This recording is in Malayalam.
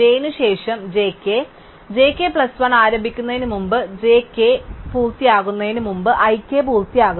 അതിനാൽ j k പ്ലസ് 1 ആരംഭിക്കുന്നതിന് മുമ്പ് j k j k പൂർത്തിയാകുന്നതിന് മുമ്പ് i k പൂർത്തിയാക്കുന്നു